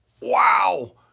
Wow